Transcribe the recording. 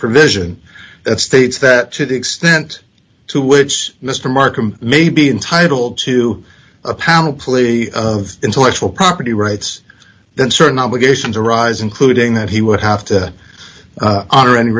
provision that states that to the extent to which mr markham may be entitled to a panel plea of intellectual property rights then certain obligations arise including that he would have to honor